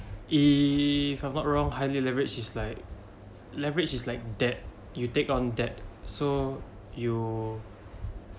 if I'm not wrong highly leveraged is like leverage is like debt you take on debt so you